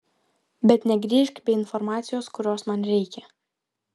bet negrįžk be informacijos kurios man reikia